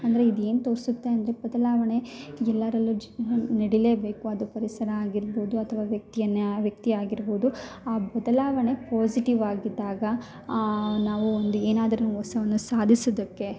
ಅಂದರೆ ಇದು ಏನು ತೋರಿಸುತ್ತೆ ಅಂದರೆ ಎಲ್ಲರಲ್ಲೂ ಜಿ ನಡಿಲೇ ಬೇಕು ಅದು ಪರಿಸರ ಆಗಿರ್ಬೋದು ಅಥ್ವಾ ವ್ಯಕ್ತಿಯನ್ನು ಆ ವ್ಯಕ್ತಿ ಆಗಿರ್ಬೋದು ಆ ಬದಲಾವಣೆ ಪಾಝಿಟಿವ್ ಆಗಿದ್ದಾಗ ನಾವು ಒಂದು ಏನಾದರೂ ಹೊಸವನ್ನು ಸಾಧಿಸೋದಕ್ಕೆ